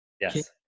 Yes